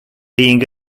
being